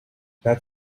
that